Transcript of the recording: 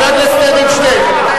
חבר הכנסת אדלשטיין,